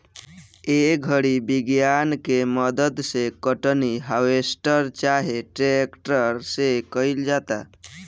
ए घड़ी विज्ञान के मदद से कटनी, हार्वेस्टर चाहे ट्रेक्टर से कईल जाता